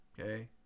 okay